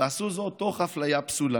ועשו זאת תוך אפליה פסולה.